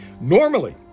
Normally